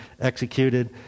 executed